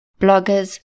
bloggers